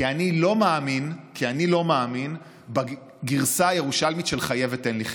כי אני לא מאמין בגרסה הירושלמית של חיה ותן לחיות.